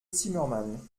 zimmermann